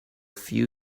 few